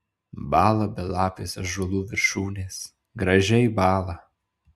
bąla belapės ąžuolų viršūnės gražiai bąla